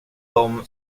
dem